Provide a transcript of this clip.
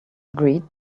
agreed